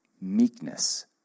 meekness